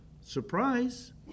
Surprise